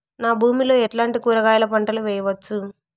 నా భూమి లో ఎట్లాంటి కూరగాయల పంటలు వేయవచ్చు?